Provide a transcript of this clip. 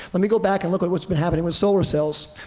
let me go back and look at what's been happening with solar cells.